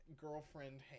girlfriend